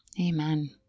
Amen